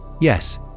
Yes